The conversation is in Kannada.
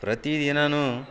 ಪ್ರತಿ ದಿನಾನು